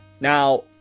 Now